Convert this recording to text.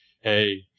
hey